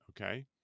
okay